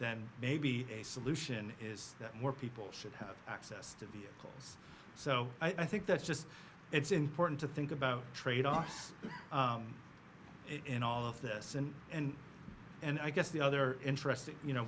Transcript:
then maybe a solution is that more people should have access to view so i think that's just it's important to think about tradeoffs in all of this and and and i guess the other interesting you know